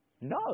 No